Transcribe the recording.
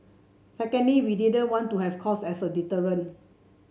secondly we didn't want to have cost as a deterrent